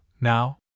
now